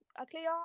okay